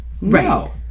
No